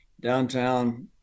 downtown